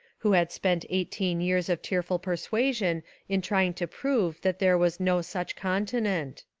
who had spent eighteen years of tearful per suasion in trying to prove that there was no such continent.